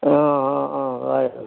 অঁ অঁ